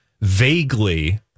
vaguely